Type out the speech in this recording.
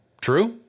True